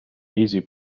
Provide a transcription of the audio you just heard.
easy